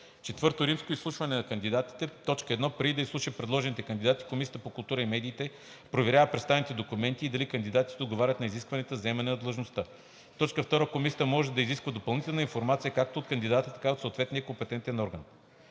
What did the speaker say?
събрание. IV. Изслушване на кандидатите 1. Преди да изслуша предложените кандидати, Комисията по културата и медиите проверява представените документи и дали кандидатите отговарят на изискванията за заемане на длъжността. 2. Комисията може да изисква допълнителна информация както от кандидата, така и от съответен компетентен орган.